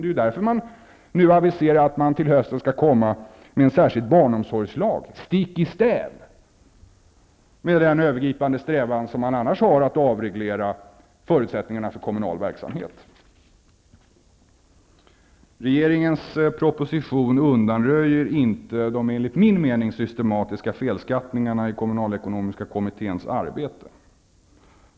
Det är därför man nu aviserar att man till hösten skall komma med en särskild barnomsorgslag stick i stäv med den övergripande strävan som man annars har att avreglera förutsättningarna för kommunal verksamhet. Regeringens proposition undanröjer inte de, enligt min mening, systematiska felskattningar i kommunalekonomiska kommitténs arbete.